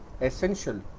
essential